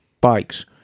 bikes